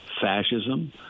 fascism